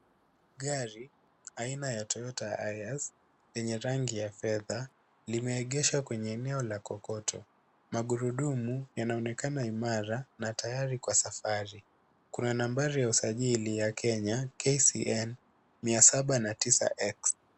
Gari aina ya Toyota hilux yenye rangi ya fedha limeegeshwa kwenye eneo la kokoto. Magurudumu yanaonekana imara na tayari kwa safari. Kuna nambari ya usajili ya kenya KCN 709 x